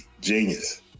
Genius